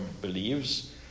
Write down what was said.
believes